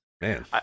Man